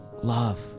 love